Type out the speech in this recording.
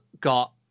got